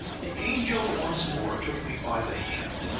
the angel once more took me by the hand,